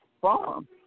farm